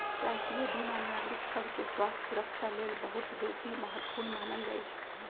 राष्ट्रीय बीमा नागरिक सभके स्वास्थ्य सुरक्षा लेल बहुत बेशी महत्वपूर्ण मानल जाइ छइ